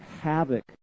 havoc